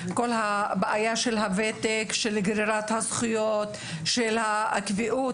כל הבעיה עם הוותק, עם גרירת הזכויות, הקביעות.